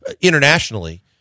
internationally